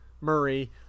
Murray